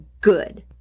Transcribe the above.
good